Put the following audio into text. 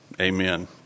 Amen